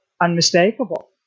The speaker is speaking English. unmistakable